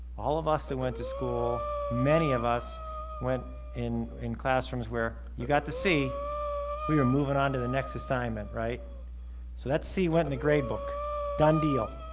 all of us who went to school many of us went in in classrooms where you got to see we were moving on to the next assignment right so let's see went in the gradebook done deal